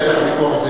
בטח הוויכוח הזה